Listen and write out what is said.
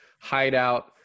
hideout